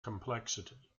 complexity